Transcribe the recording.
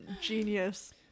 Genius